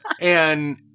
And-